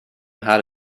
how